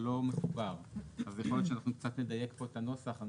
יכול להיות שקצת נדייק כאן את הנוסח.